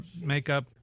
makeup